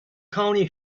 county